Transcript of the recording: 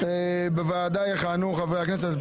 בוועדה יכהנו תשעה חברי כנסת,